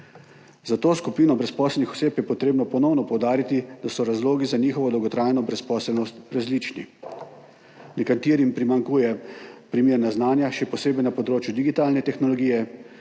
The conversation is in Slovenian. Za to skupino brezposelnih oseb je treba ponovno poudariti, da so razlogi za njihovo dolgotrajno brezposelnost različni – nekaterim primanjkujejo primerna znanja, še posebej na področju digitalne tehnologije,